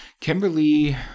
Kimberly